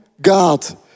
God